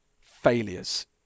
failures